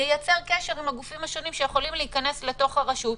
ייצר קשר עם הגופים השונים שיכולים להיכנס אל תוך השירות,